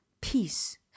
peace